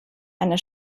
einer